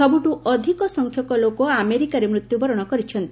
ସବୁଠୁ ଅଧିକ ସଂଖ୍ୟକ ଲୋକ ଆମେରିକାରେ ମୃତ୍ୟୁବରଣ କରିଛନ୍ତି